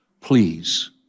please